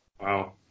Wow